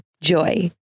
Joy